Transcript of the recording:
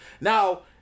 Now